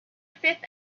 fifth